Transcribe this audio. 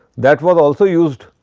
that was also used